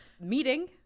meeting